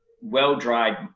well-dried